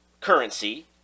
currency